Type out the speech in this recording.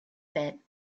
bit